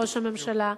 ראש הממשלה,